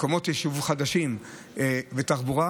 מקומות יישוב חדשים ותחבורה,